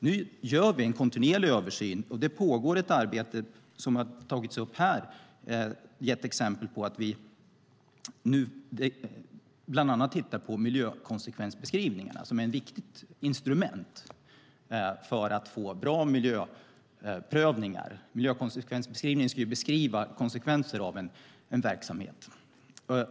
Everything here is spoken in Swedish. Nu gör vi en kontinuerlig översyn. Ett arbete pågår. Som här tagits upp tittar vi bland annat på miljökonsekvensbeskrivningarna som ett viktigt instrument för att få bra miljöprövningar. En miljökonsekvensbeskrivning ska visa på konsekvenserna av en verksamhet.